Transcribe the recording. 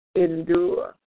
endure